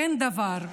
שאין דבר,